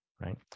right